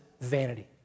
vanity